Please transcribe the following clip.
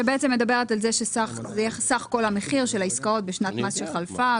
שבעצם מדברת על זה שזה יהיה סך כל המחיר של העסקאות בשנת מס שחלפה,